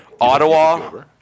Ottawa